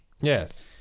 yes